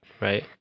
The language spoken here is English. right